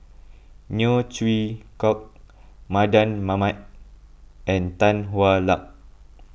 Neo Chwee Kok Mardan Mamat and Tan Hwa Luck